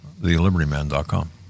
thelibertyman.com